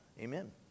amen